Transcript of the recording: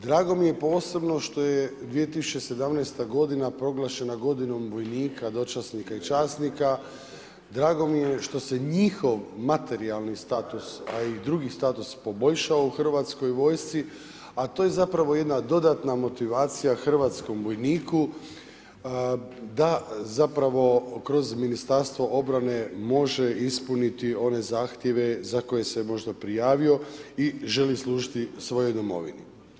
Drago mi je posebno što je 2017. godina proglašena godinom vojnika, dočasnika i časnika, drago mi je što se njihov materijalni status, a i drugi status poboljšao u Hrvatskoj vojsci, a to je zapravo jedna dodatna motivacija hrvatskom vojniku da zapravo kroz Ministarstvo obrane može ispuniti one zahtjeve za koje se možda prijavio i želi služiti svojoj domovini.